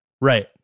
Right